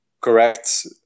correct